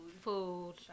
Food